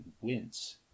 wince